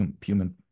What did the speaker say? human